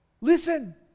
Listen